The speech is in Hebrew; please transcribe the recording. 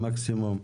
במקסימום,